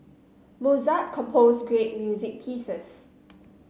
Mozart composed great music pieces